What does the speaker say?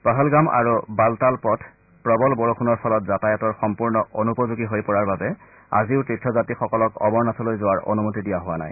পহলগাম আৰু বালতাল পথ প্ৰবল বৰষুণৰ ফলত যাতায়াতৰ সম্পূৰ্ণ অনুপযোগী হৈ পৰাৰ বাবে আজিও তীৰ্থযাত্ৰীসকলক অমৰনাথলৈ যোৱাৰ অনুমতি দিয়া হোৱা নাই